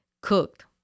cooked